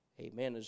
Amen